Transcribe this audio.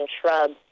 shrubs